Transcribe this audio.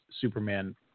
Superman